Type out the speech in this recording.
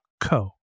co